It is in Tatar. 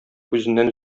үзеннән